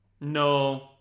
no